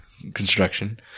construction